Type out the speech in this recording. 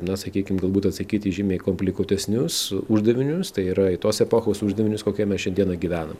na sakykim galbūt atsakyti į žymiai komplikuotesnius uždavinius tai yra į tos epochos uždavinius kokioj mes šiandieną gyvenam